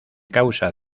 causa